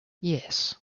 yes